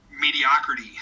mediocrity